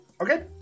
Okay